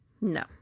no